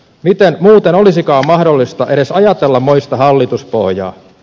miten muuten olisikaan mahdollista edes ajatella moista hallituspohjaa